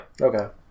Okay